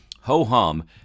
Ho-hum